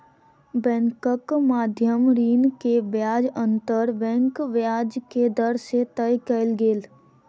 बैंकक मध्य ऋण के ब्याज अंतर बैंक ब्याज के दर से तय कयल गेल